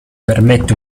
permette